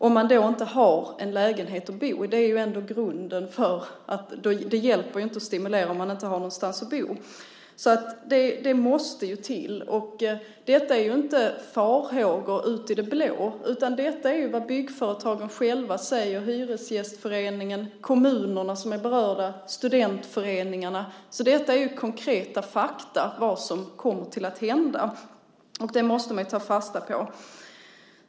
Att ha en lägenhet att bo i är ändå grunden. Det hjälper ju inte att stimulera om man inte har någonstans att bo. Så det här måste till. Detta är inte farhågor ute i det blå, utan detta är vad byggföretagen själva säger och vad Hyresgästföreningen, kommunerna som är berörda och studentföreningarna säger. Detta är konkreta fakta när det gäller vad som kommer att hända, och det måste man ju ta fasta på.